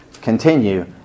Continue